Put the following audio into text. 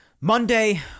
Monday